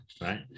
right